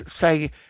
say